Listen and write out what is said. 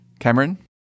Cameron